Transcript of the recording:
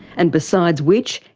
and besides which,